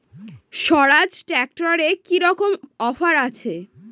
স্বরাজ ট্র্যাক্টরে কি রকম অফার আছে?